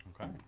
Okay